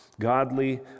Godly